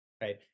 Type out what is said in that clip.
Right